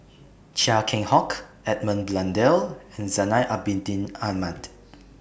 Chia Keng Hock Edmund Blundell and Zainal Abidin Ahmad